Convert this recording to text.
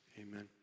Amen